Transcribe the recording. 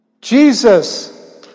Jesus